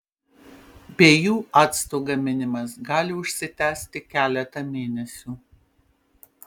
be jų acto gaminimas gali užsitęsti keletą mėnesių